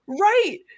right